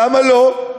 למה לא?